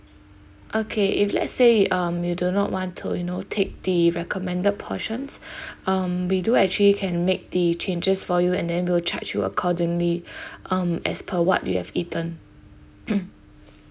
okay if let's say um you do not want to you know take the recommended portions um we do actually can make the changes for you and then we'll charge you accordingly um as per what you have eaten